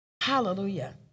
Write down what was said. Hallelujah